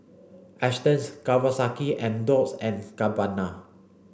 Astons Kawasaki and Dolce and Gabbana